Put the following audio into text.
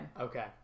Okay